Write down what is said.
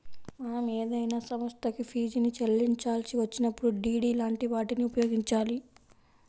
మనం ఏదైనా సంస్థకి ఫీజుని చెల్లించాల్సి వచ్చినప్పుడు డి.డి లాంటి వాటిని ఉపయోగించాలి